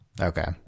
Okay